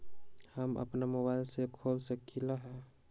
हम अपना मोबाइल से खोल सकली ह?